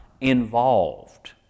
involved